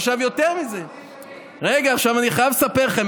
עכשיו יותר מזה, רגע, עכשיו אני חייב לספר לכם.